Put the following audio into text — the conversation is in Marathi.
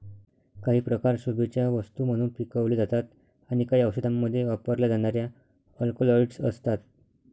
काही प्रकार शोभेच्या वस्तू म्हणून पिकवले जातात आणि काही औषधांमध्ये वापरल्या जाणाऱ्या अल्कलॉइड्स असतात